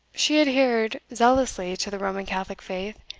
she adhered zealously to the roman catholic faith,